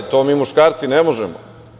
To mi muškarci ne možemo.